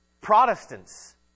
Protestants